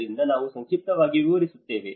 ಆದ್ದರಿಂದ ನಾನು ಸಂಕ್ಷಿಪ್ತವಾಗಿ ವಿವರಿಸುತ್ತೇನೆ